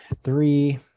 three